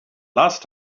last